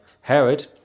Herod